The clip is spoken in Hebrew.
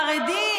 חרדי,